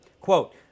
quote